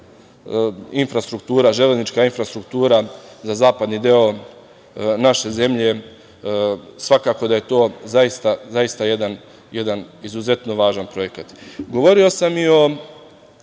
i značajna železnička infrastruktura, za zapadni deo naše zemlje svakako da je to zaista jedan izuzetno važan projekat. Govorio sam i o